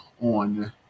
on